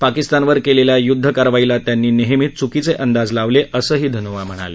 पाकिस्तानवर केलेल्या युद्ध कारवाईला त्यांनी नेहमीच चुकीचे अंदाज लावले असंही धनोआ म्हणाले